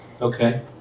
Okay